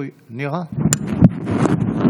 תודה רבה.